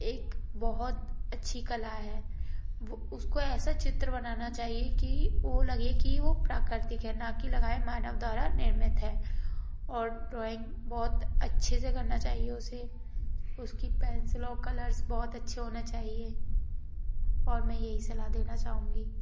एक बहुत अच्छी कला है वो उसको ऐसा चित्र बनाना चाहिए कि वो लगे कि वो प्राकृतिक है ना कि लगाए मानव द्वारा निर्मित है और ड्राॅइंग बहुत अच्छे से करना चाहिए उसे उसकी पेंसिल और कलर्स बहुत अच्छे होना चाहिए और मैं यही सलाह देना चाहूँगी